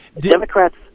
Democrats